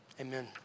amen